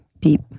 deep